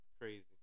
Crazy